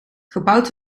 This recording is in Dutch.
gebouwd